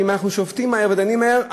ואם אנחנו שופטים מהר ודנים מהר,